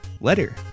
letter